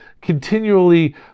continually